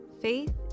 faith